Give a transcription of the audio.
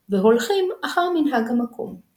ועושים אותו בשמחה ובמשתה.